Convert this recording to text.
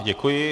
Děkuji.